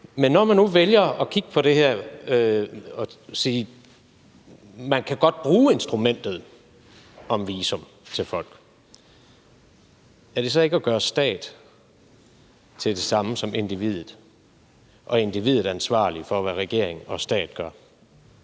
Men når man nu vælger at kigge på det her og sige, at man godt kan bruge instrumentet med visum til folk, er det så ikke at gøre staten til det samme som individet og individet ansvarligt for, hvad en regering og en stat gør?